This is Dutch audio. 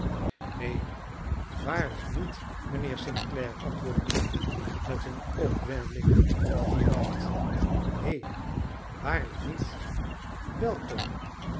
neen waarlijk niet mijnheer st clare antwoordde tom met eene opwelling van fierheid neen waarlijk niet wel tom